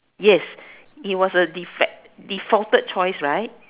yes it was a deface defaulted choice right